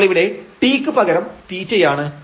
അപ്പോൾ ഇവിടെ t ക്ക് പകരം θ യാണ്